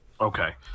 Okay